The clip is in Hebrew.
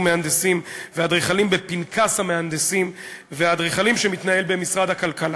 מהנדסים ואדריכלים בפנקס המהנדסים והאדריכלים שמתנהל במשרד הכלכלה.